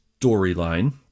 storyline